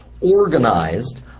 organized